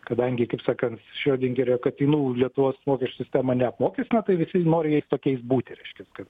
kadangi kaip sakant šio dingerio katinų lietuvos mokesčių sistema neapmokestina tai visi nori jais tokiais būti reiškias kad